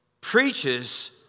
preaches